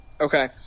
okay